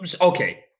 okay